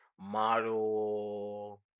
model